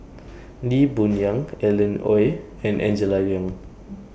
Lee Boon Yang Alan Oei and Angela Liong